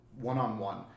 one-on-one